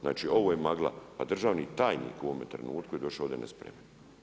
Znači ovo je magla, a državni tajnik, u ovome trenutku je došao ovdje nespreman.